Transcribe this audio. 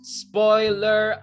spoiler